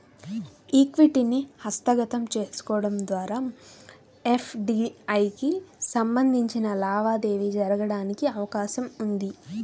ఈక్విటీని హస్తగతం చేసుకోవడం ద్వారా ఎఫ్డీఐకి సంబంధించిన లావాదేవీ జరగడానికి అవకాశం ఉంటుంది